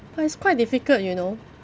but it's quite difficult you know